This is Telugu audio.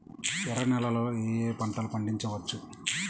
ఎర్ర నేలలలో ఏయే పంటలు పండించవచ్చు?